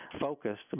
focused